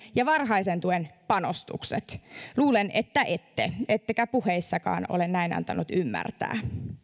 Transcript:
ja varhaisen tuen panostukset luulen että ette ettekä puheissakaan ole näin antaneet ymmärtää